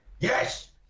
Yes